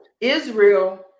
Israel